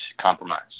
compromise